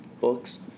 books